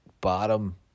bottom